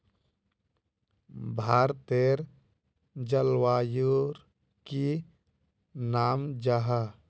भारतेर जलवायुर की नाम जाहा?